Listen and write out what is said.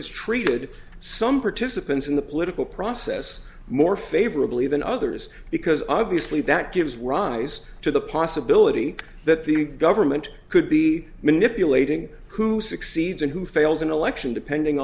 is treated some participants in the political process more favorably than others because obviously that gives rise to the possibility that the government could be manipulating who succeeds and who fails an election depending